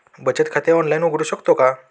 बचत खाते ऑनलाइन उघडू शकतो का?